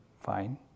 fine